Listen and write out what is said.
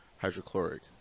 Hydrochloric